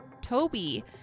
Toby